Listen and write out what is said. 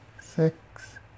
six